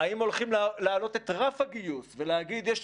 האם הולכים להעלות את רף הגיוס ולהגיד: יש